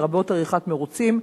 לרבות עריכת מירוצים.